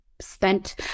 spent